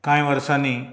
कांय वर्सांनी